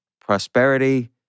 prosperity